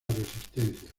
resistencia